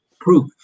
proof